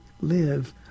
live